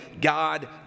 God